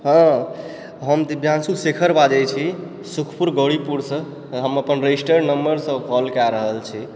हँ हम दिव्यांशु शेखर बाजइ छी सुखपुर गौड़ीपुरसँ हम अपन रजिस्टरड नम्बर सँ कॉल कए रहल छी